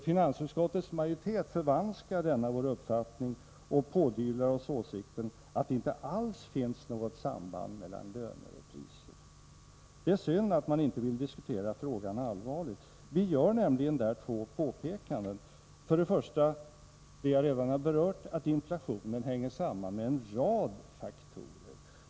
Finansutskottets majoritet förvanskar denna vår uppfattning och pådyvlar oss åsikten att det inte alls finns något samband mellan löner och priser. Det är synd att man inte vill diskutera frågan allvarligt. Vi gör nämligen där två påpekanden. För det första påpekar vi det som jag redan har berört, att inflationen hänger samman med en rad faktorer.